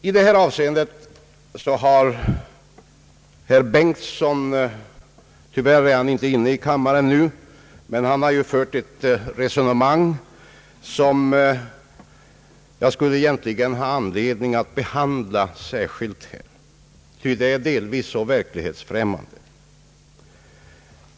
I detta avseende har herr Bengtson, som tyvärr inte är närvarande i kammaren, fört ett resonemang som jag egentligen har anledning att behandla särskilt eftersom det är så verklighetsfrämmande.